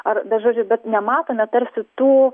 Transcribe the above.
ar bet žodžiu bet nematome tarsi tų